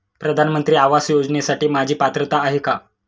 प्रधानमंत्री आवास योजनेसाठी माझी पात्रता आहे का?